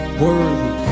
worthy